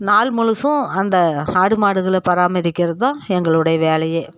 நாள் முழுசும் அந்த ஆடு மாடுகளை பராமரிக்கிறது தான் எங்களுடைய வேலையே